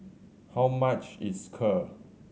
how much is Kheer